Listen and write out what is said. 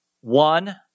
One